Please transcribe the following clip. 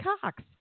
Cox